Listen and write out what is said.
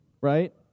right